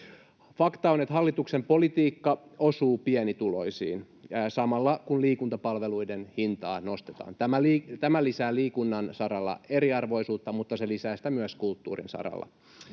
Fakta on, että hallituksen politiikka osuu pienituloisiin samalla, kun liikuntapalveluiden hintaa nostetaan. Tämä lisää liikunnan saralla eriarvoisuutta, mutta se lisää sitä myös kulttuurin saralla.